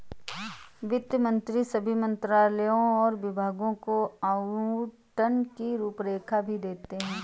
वित्त मंत्री सभी मंत्रालयों और विभागों को आवंटन की रूपरेखा भी देते हैं